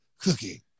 Cookie